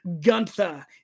Gunther